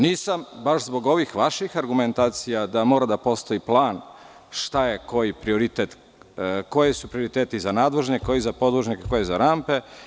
Nisam baš zbog ovih vaših argumentacija - da mora da postoji plan šta je koji prioritet, koji su prioriteti za nadvožnjak, koji za podvožnjak, koji za rampe.